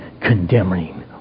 condemning